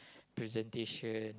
presentation